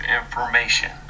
information